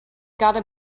gotta